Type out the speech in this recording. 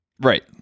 Right